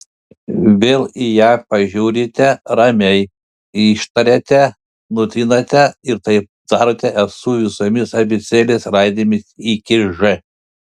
vėl į ją pažiūrite ramiai ištariate nutrinate ir taip darote su visomis abėcėlės raidėmis iki ž